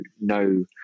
no